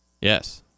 Yes